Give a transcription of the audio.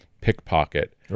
pickpocket